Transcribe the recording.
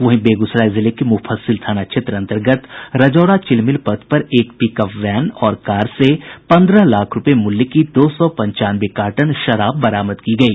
वहीं बेगूसराय जिले के मुफस्सिल थाना क्षेत्र अंतर्गत रजौरा चिलमिल पथ पर एक पिकअप वैन और कार से पन्द्रह लाख रुपये मूल्य की दो सौ पंचानवे कार्टन शराब बरामद की गयी